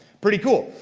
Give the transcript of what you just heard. pretty cool.